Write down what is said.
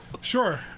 Sure